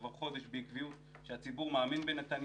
כבר חודש בעקביות מראים שהציבור מאמין בנתניהו,